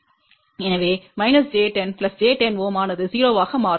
எனவே j 10 j 10 Ω ஆனது 0 ஆக மாறும்